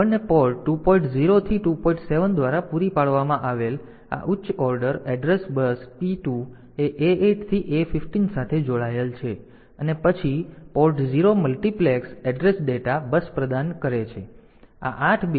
7 દ્વારા પૂરી પાડવામાં આવેલ આ ઉચ્ચ ઓર્ડર એડ્રેસ બસ P2 એ A8 થી A 15 સાથે જોડાયેલ છે અને પછી port 0 multiplex address data bus પ્રદાન કરે છે